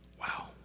Wow